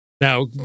now